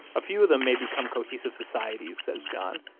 a few of them may become cohesive societies, says john,